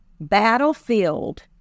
battlefield